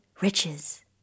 Riches